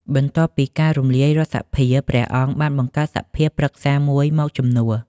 បន្ទាប់ពីការរំលាយរដ្ឋសភា ព្រះអង្គបានបង្កើតសភាប្រឹក្សាមួយមកជំនួស។